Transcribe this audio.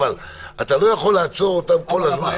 אבל אתה לא יכול לעצור אותם כל הזמן.